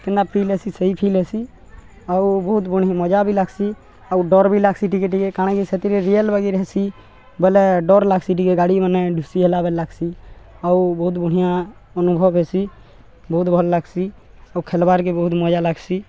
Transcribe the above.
କେନ୍ତା ଫିଲ୍ ହେସି ସେଇ ଫିଲ୍ ହେସି ଆଉ ବହୁତ ବଢ଼ି ମଜା ବି ଲାଗ୍ସି ଆଉ ଡର ବି ଲାଗ୍ସି ଟିକେ ଟିକେ କାଣାକି ସେଥିରେ ରିଅଲ୍ ବାଗି ହେସି ବୋଇଲେ ଡର ଲାଗ୍ସି ଟିକେ ଗାଡ଼ି ମାନେ ଡୁସି ହେଲା ବ ଲାଗ୍ସି ଆଉ ବହୁତ ବଢ଼ିଆଁ ଅନୁଭବ ହେସି ବହୁତ ଭଲ୍ ଲାଗ୍ସି ଆଉ ଖେଲ୍ବାରକେ ବହୁତ ମଜା ଲାଗ୍ସି